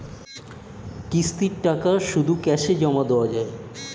কিস্তির টাকা দিয়ে শুধু ক্যাসে জমা দেওয়া যায়?